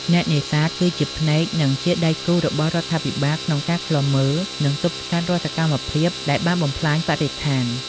អ្នកនេសាទគឺជាភ្នែក និងជាដៃគូរបស់រដ្ឋាភិបាលក្នុងការឃ្លាំមើល និងទប់ស្កាត់រាល់សកម្មភាពដែលបានបំផ្លាញបរិស្ថាន។